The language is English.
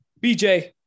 BJ